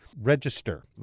Register